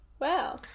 Wow